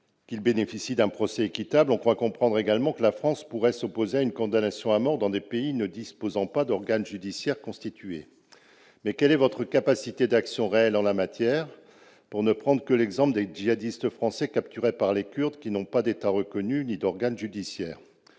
qu'ils bénéficient d'un procès équitable. On croit comprendre également que la France pourrait s'opposer à une condamnation à mort, dans des pays ne disposant pas d'organes judiciaires constitués. Cependant, quelle est votre capacité d'action réelle en la matière, par exemple pour les djihadistes français capturés par les Kurdes, qui n'ont pas d'État reconnu ni d'organe judiciaire ?